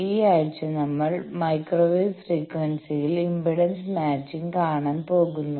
ഈ ആഴ്ച നമ്മൾ മൈക്രോവേവ് ഫ്രീക്വൻസിയിൽ ഇംപെഡൻസ് മാച്ചിങ് കാണാൻ പോകുന്നു